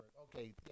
Okay